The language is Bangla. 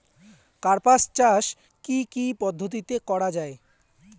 কার্পাস চাষ কী কী পদ্ধতিতে করা য়ায়?